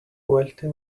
wealthy